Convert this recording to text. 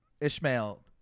Ishmael